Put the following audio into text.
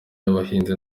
y’abahinzi